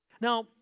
Now